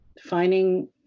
finding